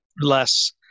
less